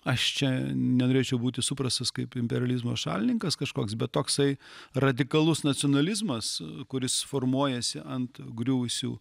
aš čia nenorėčiau būti suprastas kaip imperializmo šalininkas kažkoks bet toksai radikalus nacionalizmas kuris formuojasi ant griuvusių